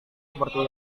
seperti